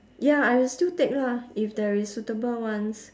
ya I will still take lah if there is suitable ones